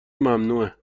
ممنوعه